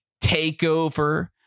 takeover